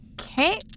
Okay